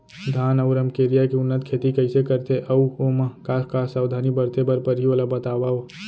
धान अऊ रमकेरिया के उन्नत खेती कइसे करथे अऊ ओमा का का सावधानी बरते बर परहि ओला बतावव?